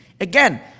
Again